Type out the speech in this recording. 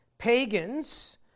pagans